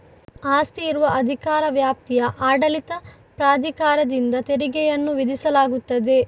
ಆಸ್ತಿ ಇರುವ ಅಧಿಕಾರ ವ್ಯಾಪ್ತಿಯ ಆಡಳಿತ ಪ್ರಾಧಿಕಾರದಿಂದ ತೆರಿಗೆಯನ್ನು ವಿಧಿಸಲಾಗುತ್ತದೆ